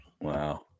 Wow